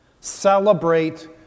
Celebrate